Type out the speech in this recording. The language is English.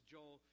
Joel